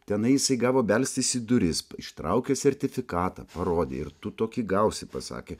tenai jisai gavo belstis į duris ištraukė sertifikatą parodė ir tu tokį gausi pasakė